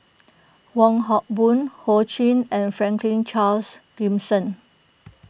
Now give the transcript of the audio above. Wong Hock Boon Ho Ching and Franklin Charles Gimson